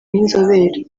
n’inzobere